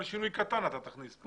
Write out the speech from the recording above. כל שינוי קטן אתה תכניס.